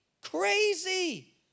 Crazy